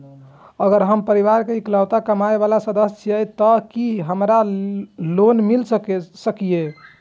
अगर हम परिवार के इकलौता कमाय वाला सदस्य छियै त की हमरा लोन मिल सकीए?